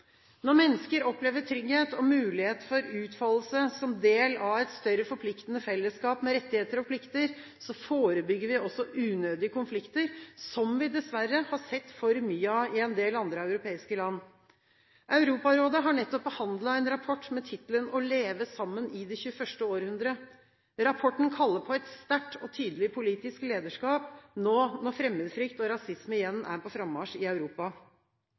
Når mennesker opplever trygghet og mulighet for utfoldelse som del av et større forpliktende fellesskap med rettigheter og plikter, forebygger vi også unødige konflikter, som vi dessverre har sett for mye av i en del andre europeiske land. Europarådet har nettopp behandlet en rapport med tittelen: Å leve sammen i det 21. århundret. Rapporten kaller på et sterkt og tydelig politisk lederskap nå når fremmedfrykt og rasisme igjen er på frammarsj i Europa.